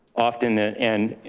often and